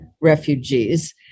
refugees